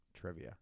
Trivia